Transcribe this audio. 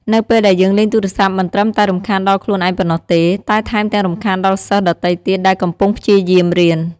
នៅពេលដែលយើងលេងទូរស័ព្ទមិនត្រឹមតែរំខានដល់ខ្លួនឯងប៉ុណ្ណោះទេ តែថែមទាំងរំខានដល់សិស្សដទៃទៀតដែលកំពុងព្យាយាមរៀន។